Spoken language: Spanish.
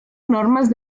normas